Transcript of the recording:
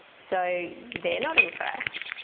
so they're not impressed.